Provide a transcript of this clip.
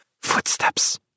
Footsteps